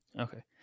Okay